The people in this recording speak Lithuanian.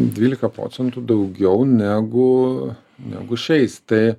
dvylika procentų daugiau negu negu šiais tai